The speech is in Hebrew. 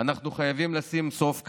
אנחנו חייבים לשים סוף כאן.